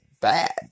bad